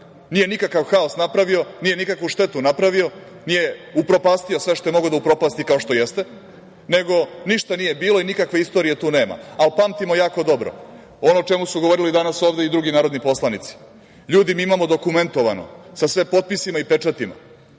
nije nikakav haos napravio, nije nikakvu štetu napravio, nije upropastio sve što je mogao da upropasti, kao što jeste, nego ništa nije bilo i nikakve istorije tu nema, ali pamtimo jako dobro ono o čemu su govorili danas ovde i drugi narodni poslanici. Mi imamo dokumentovano, sa sve potpisima i pečatima,